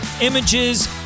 images